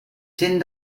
gent